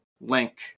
link